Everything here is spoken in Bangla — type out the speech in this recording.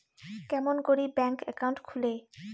কেমন করি ব্যাংক একাউন্ট খুলে?